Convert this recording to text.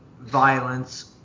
violence